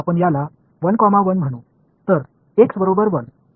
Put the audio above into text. இப்போது இங்கே ஒரு விஷயத்தை எடுத்துக் கொள்வோம்